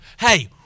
Hey